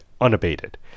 unabated